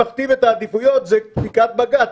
שמכתיב את העדיפויות זה פסיקת בג"ץ.